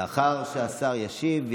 לאחר שהשר ישיב,